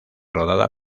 rodada